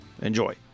enjoy